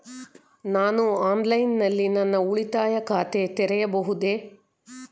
ನಾನು ಆನ್ಲೈನ್ ನಲ್ಲಿ ನನ್ನ ಉಳಿತಾಯ ಖಾತೆ ತೆರೆಯಬಹುದೇ?